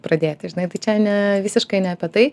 pradėti žinai tai čia ne visiškai ne apie tai